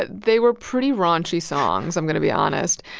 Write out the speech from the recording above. they were pretty raunchy songs, i'm going to be honest.